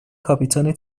کاپیتان